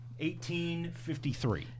1853